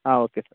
ಹಾಂ okay sir